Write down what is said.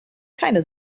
keine